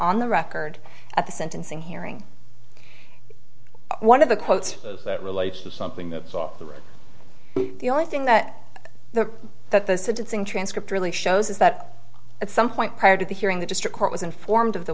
on the record at the sentencing hearing one of the quotes that relates to something that saw that the only thing that the that the sentencing transcript really shows is that at some point prior to the hearing the district court was informed of the